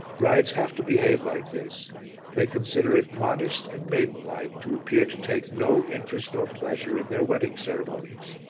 brides have to behave like this they consider it modest and maiden-like to appear to take no interest or pleasure in their wedding ceremonies.